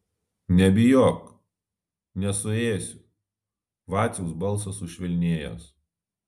nebijok nesuėsiu vaciaus balsas sušvelnėjęs